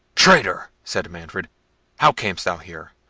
traitor! said manfred how camest thou here?